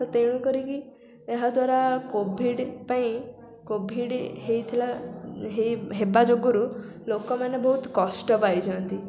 ତେଣୁ କରିକି ଏହା ଦ୍ୱାରା କୋଭିଡ଼ ପାଇଁ କୋଭିଡ଼ ହେଇଥିଲା ହେବା ଯୋଗୁରୁ ଲୋକମାନେ ବହୁତ କଷ୍ଟ ପାଇଛନ୍ତି